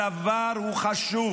הדבר הוא חשוב.